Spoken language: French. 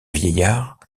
vieillard